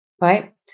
right